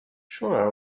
sure